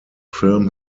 film